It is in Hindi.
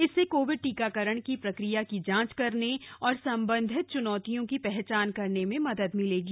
इससे कोविड टीकाकरण की प्रक्रिया की जांच करने और संबंणित चुनौतियों की पहचान करने में मदद मिलेगी